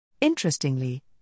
Interestingly